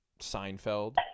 Seinfeld